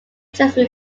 jersey